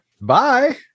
Bye